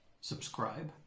subscribe